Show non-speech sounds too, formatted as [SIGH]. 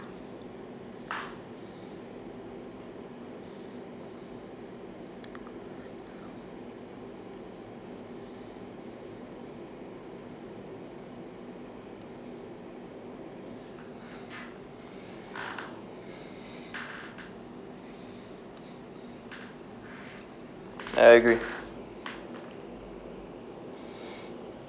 [BREATH] [BREATH] I agree [BREATH]